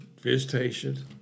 Visitation